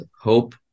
Hope